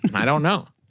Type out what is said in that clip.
i don't know